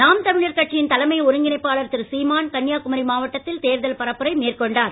நாம் தமிழர் கட்சியின் தலைமை ஒருங்கிணைப்பாளர் திரு சீமான் கன்னியாகுமரி மாவட்டத்தில் தேர்தல் பரப்புரை மேற்கொண்டார்